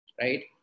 Right